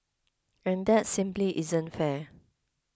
and that simply isn't fair